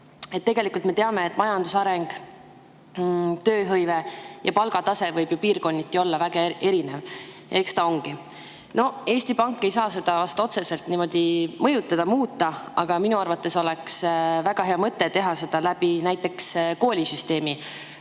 Tegelikult me teame, et majanduse areng, tööhõive ja palgatase võivad piirkonniti olla väga erinevad. Eks ongi. Eesti Pank ei saa seda otseselt niimoodi mõjutada ega muuta, aga minu arvates oleks väga hea mõte teha seda näiteks koolisüsteemi